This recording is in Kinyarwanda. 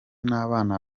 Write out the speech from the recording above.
n’abana